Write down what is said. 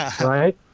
Right